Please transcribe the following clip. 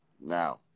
Now